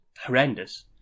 horrendous